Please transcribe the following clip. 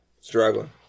Struggling